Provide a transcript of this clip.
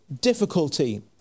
difficulty